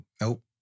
nope